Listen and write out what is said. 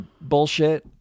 bullshit